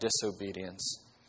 disobedience